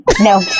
no